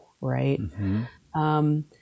Right